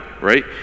right